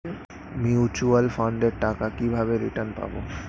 Mutual ফান্ডের টাকা কিভাবে রিটার্ন পাব?